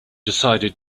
decided